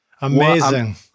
Amazing